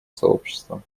сообщества